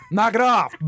Knock-it-off